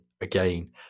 again